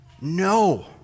no